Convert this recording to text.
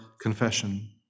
confession